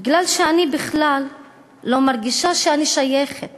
בגלל שאני בכלל לא מרגישה שאני שייכת